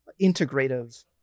integrative